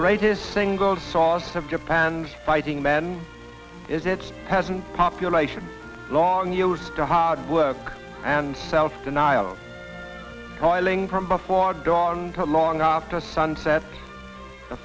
great is singled saws have japan's fighting men is it hasn't population long used to hard work and self denial boiling from before dawn to long after sunset